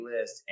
list